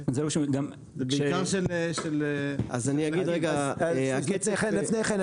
זה בעיקר של --- לפני כן,